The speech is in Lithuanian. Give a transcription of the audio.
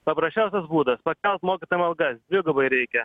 paprasčiausias būdas pakelt mokytojam alga dvigubai reikia